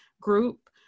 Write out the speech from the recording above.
group